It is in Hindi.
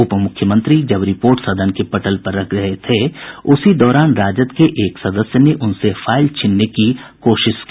उप मुख्यमंत्री जब रिपोर्ट सदन के पटल पर रख रहे थे उसी दौरान राष्ट्रीय जनता दल के एक सदस्य ने उनसे फाईल छीनने की कोशिश की